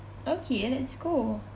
okay let's go